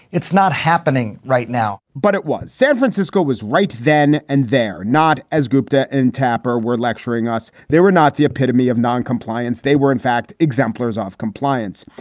it's not happening right now. but it was san francisco was right then and there, not as gupta and tapper were lecturing us. they were not the epitome of non-compliance. they were, in fact, exemplars of compliance.